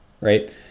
right